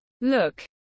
look